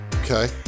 okay